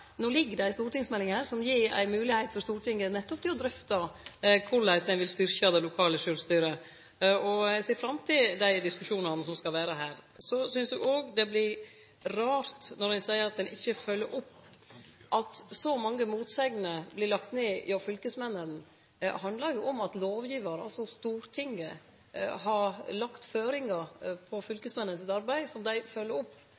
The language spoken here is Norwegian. No ligg det ei stortingsmelding her som gir Stortinget ei moglegheit til nettopp å drøfte korleis ein vil styrkje det lokale sjølvstyret. Eg ser fram til dei diskusjonane som skal vere her. Eg synest det vert rart når ein seier at ein ikkje følgjer opp. At så mange motsegner vert lagde ned hos fylkesmennene, handlar om at lovgivar, altså Stortinget, har lagt føringar på fylkesmennenes arbeid som dei følgjer opp.